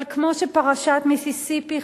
אבל כמו שפרשת מיסיסיפי,